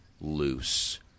loose